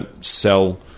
sell